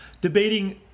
Debating